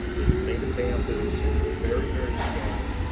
it's made of bamboo so it's very, very strong.